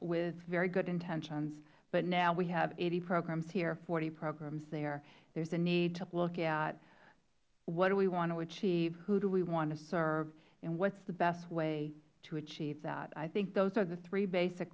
with very good intentions but now we have eighty programs here forty programs there there is a need to look at what do we want to achieve who do we want to serve and what is the best way to achieve that i think those are the three basic